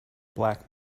black